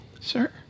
sir